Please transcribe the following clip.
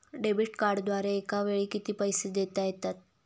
Debit कार्डद्वारे एकावेळी किती पैसे देता येतात?